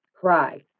cry